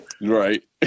Right